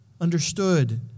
understood